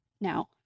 now